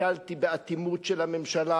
נתקלתי באטימות של הממשלה.